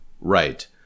Right